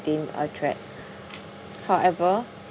deem a threat however